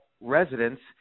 residents